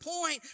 point